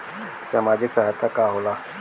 सामाजिक सहायता का होला?